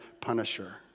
punisher